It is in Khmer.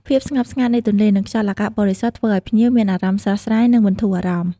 ភាពស្ងប់ស្ងាត់នៃទន្លេ និងខ្យល់អាកាសបរិសុទ្ធ ធ្វើឲ្យភ្ញៀវមានអារម្មណ៍ស្រស់ស្រាយ និងបន្ធូរអារម្មណ៍។